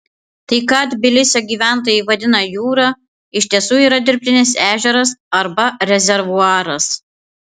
tai ką tbilisio gyventojai vadina jūra iš tiesų yra dirbtinis ežeras arba rezervuaras